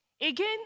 Again